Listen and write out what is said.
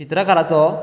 चित्रकाराचो